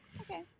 Okay